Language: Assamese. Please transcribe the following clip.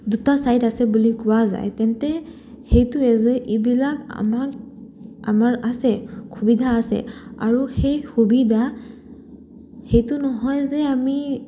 দুটা ছাইড আছে বুলি কোৱা যায় তেন্তে সেইটোৱে যে এইবিলাক আমাক আমাৰ আছে সুবিধা আছে আৰু সেই সুবিধা সেইটো নহয় যে আমি